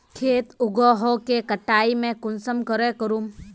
खेत उगोहो के कटाई में कुंसम करे करूम?